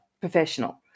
professional